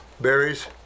berries